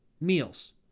meals